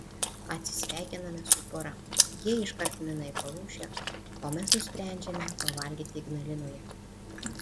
atsisveikiname su pora jie iškart mina į palūšę o mes nusprendžiame pavalgyti ignalinoje